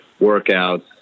workouts